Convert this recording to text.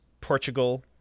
portugal